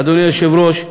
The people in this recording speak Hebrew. אדוני היושב-ראש,